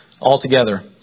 Altogether